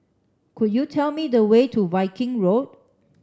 could you tell me the way to Viking Road